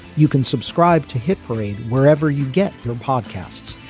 you can subscribe to hit parade wherever you get your podcasts.